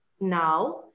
now